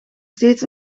steeds